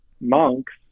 monks